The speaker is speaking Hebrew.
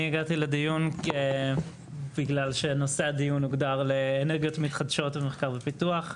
אני הגעתי לדיון בגלל שנושא הדיון הוגדר לאנרגיות מתחדשות ומחקר ופיתוח.